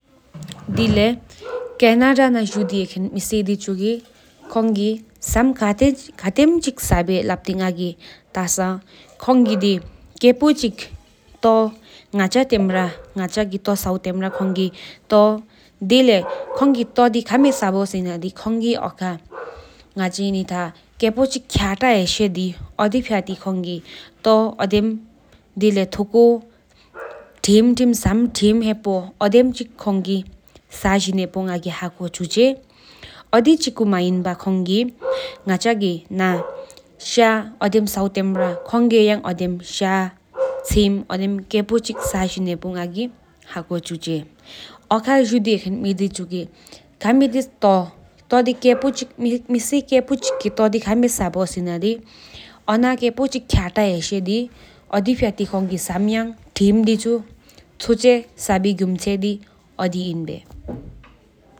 དེ་ལེ་ཡི་ཀི་ན་ནཱ་བསྟུན་ལ་རང་དེ་ཧོ་ཙི་དེ་ཆུ་སྐྱེད་པོ་ཡོད་སྐྱེད་པོ་དེ་སྐྱེད་པོ་གནས་འདེབས་བརྒྱ་ཀྱི་སློག་ཆེན་པོ་ཞིག་ཡོད་ན་སྐྱེད་པོ་གཅིག་རི་གྲང་ག་པོ་ཞིག་ཡོད་གཅིག་དག་ཆེན་པོ་རན་དེ། ཨོ་ཕྱི་གཅིག་མ་བྱས་ཤ་མང་དེ་རང་ངག་ཅིག་ཞིག་ཡོད་ན་བགྱེད་དག་ཆེན་དང་ཡོད་ན་རི་དམ་བགྱེད་པོ་གི་དག་སྐྱེད་པོ་སུ་ཅིག་ཞིག་ཡོད།